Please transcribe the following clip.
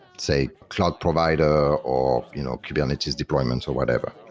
say, cloud provider or you know kubernetes deployment or whatever.